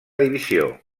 divisió